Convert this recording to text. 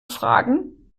fragen